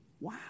wow